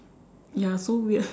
ya so weird